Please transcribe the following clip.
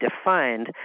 defined